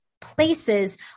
places